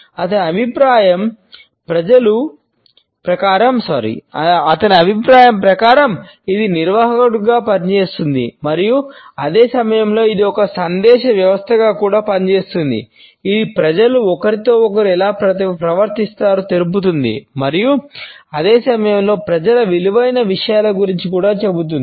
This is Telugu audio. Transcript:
అతని అభిప్రాయం ప్రకారం ఇది నిర్వాహకుడిగా పనిచేస్తుంది మరియు అదే సమయంలో ఇది ఒక సందేశ వ్యవస్థగా కూడా పనిచేస్తుంది ఇది ప్రజలు ఒకరితో ఒకరు ఎలా ప్రవర్తిస్తారో తెలుపుతుంది మరియు అదే సమయంలో ప్రజల విలువైన విషయాల గురించి కూడా చెబుతుంది